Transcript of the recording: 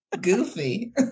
goofy